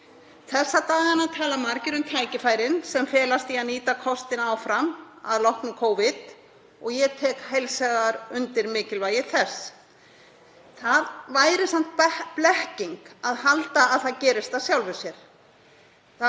Þessa dagana tala margir um tækifærin sem felast í því að nýta kostina áfram að loknu Covid og ég tek heils hugar undir mikilvægi þess. Það væri samt blekking að halda að það gerist af sjálfu sér.